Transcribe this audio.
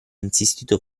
insistito